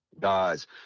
guys